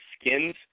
skins